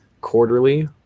Quarterly